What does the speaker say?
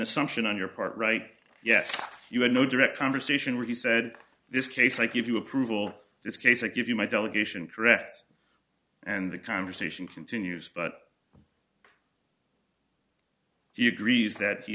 assumption on your part right yes you had no direct conversation where he said this case i give you approval this case i give you my delegation corrects and the conversation continues but you griese that he